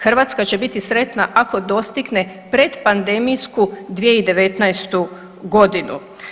Hrvatska će biti sretna ako dostigne predpandemijsku 2019. godinu.